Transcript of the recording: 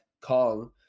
Kong